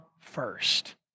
first